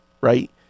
right